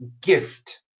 gift